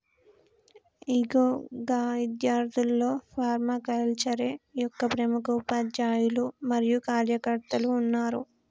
ఇగో గా ఇద్యార్థుల్లో ఫర్మాకల్చరే యొక్క ప్రముఖ ఉపాధ్యాయులు మరియు కార్యకర్తలు ఉన్నారు